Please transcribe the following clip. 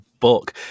Book